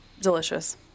Delicious